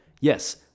yes